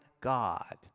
God